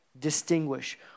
distinguish